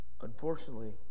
unfortunately